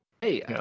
Hey